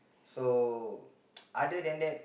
so other than that